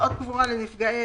הוצאות קבורה לנפגעי איבה.